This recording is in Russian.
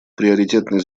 приоритетной